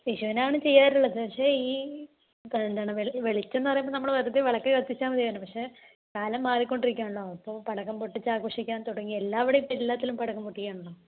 വിഷുവിനാണ് ചെയ്യാറുള്ളത് പക്ഷെ ഈ എന്താണ് വെളിച്ചമെന്നു പറയുമ്പോൾ നമ്മൾ വെറുതെ വിളക്കു കത്തിച്ചാൽ മതിയല്ലോ പക്ഷെ കാലം മാറികൊണ്ടിരിക്കുകയാണല്ലോ അപ്പോൾ പടക്കം പൊട്ടിച്ചാഘോഷിക്കാൻ തുടങ്ങി എല്ലാവിടേയും ഇപ്പോൾ എല്ലാത്തിലും പടക്കം പൊട്ടിക്കുകയാണല്ലോ